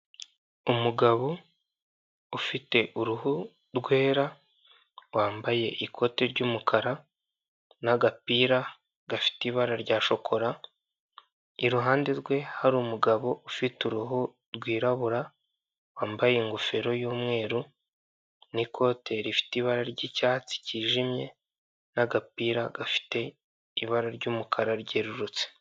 Umugabo ufite uruhu rwera wambaye ikote ry'umukara n'agapira gafite ibara rya shokora, iruhande rwe hari umugabo ufite uruhu rwirabura, wambaye ingofero y'umweru n'ikote rifite ibara ry'icyatsi cyijimye n'agapira gafite ibara ry'umukara ryerurutse.